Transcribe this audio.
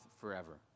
forever